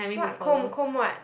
what comb comb what